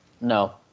No